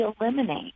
eliminate